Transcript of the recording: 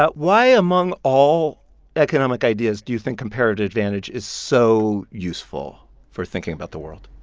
but why, among all economic ideas, do you think comparative advantage is so useful for thinking about the world?